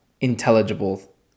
intelligible